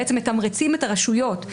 בעצם מתמרצים את הרשויות,